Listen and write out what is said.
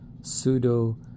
pseudo